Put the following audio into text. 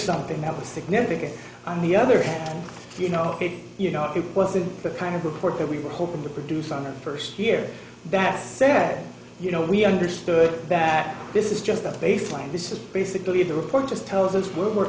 something that was significant on the other hand you know it you know it wasn't the kind of report that we were hoping to produce on the first here bass said you know we understood that this is just the baseline this is basically the report just tells us w